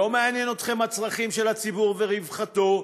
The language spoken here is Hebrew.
לא מעניינים אתכם הצרכים של הציבור ורווחתו.